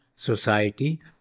society